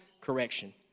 correction